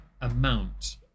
amount